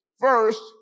First